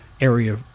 area